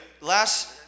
Last